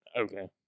Okay